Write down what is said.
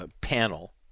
panel